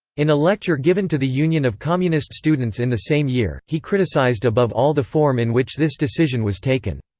in a lecture given to the union of communist students in the same year, he criticized above all the form in which this decision was taken.